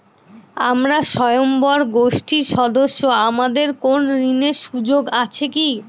আমরা স্বয়ম্ভর গোষ্ঠীর সদস্য আমাদের কোন ঋণের সুযোগ আছে কি?